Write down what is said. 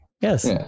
Yes